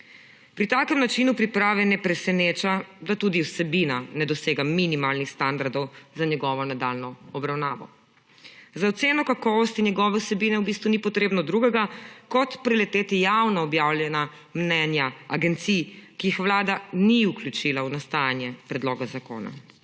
Pri takem načinu priprave ne preseneča, da tudi vsebina ne dosega minimalnih standardov za njegovo nadaljnjo obravnavo. Za oceno kakovosti njegove vsebine v bistvu ni potrebno drugega, kot preleteti javno objavljena mnenja agencij, ki jih Vlada ni vključila v nastajanje predloga zakona.